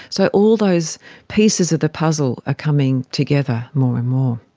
so all those pieces of the puzzle are coming together more and more.